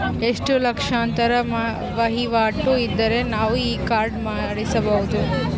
ಎಷ್ಟು ಲಕ್ಷಾಂತರ ವಹಿವಾಟು ಇದ್ದರೆ ನಾವು ಈ ಕಾರ್ಡ್ ಮಾಡಿಸಬಹುದು?